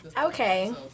Okay